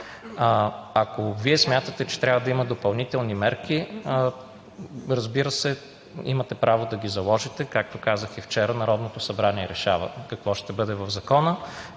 Ако Вие смятате, че трябва да има допълнителни мерки, разбира се, имате право да ги заложите, а както казах и вчера: Народното събрание решава какво ще бъде в закона.